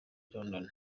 london